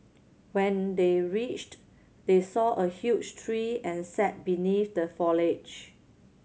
when they reached they saw a huge tree and sat beneath the foliage